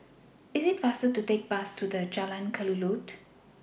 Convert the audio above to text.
IT IS faster to Take The Bus to Jalan Kelulut